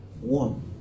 one